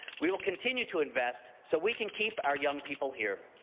we will continue to invest so we can keep our young people here.